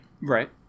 Right